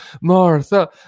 Martha